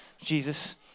Jesus